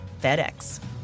FedEx